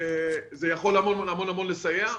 זה יכול המון לסייע.